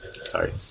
sorry